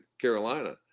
carolina